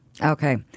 Okay